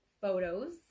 photos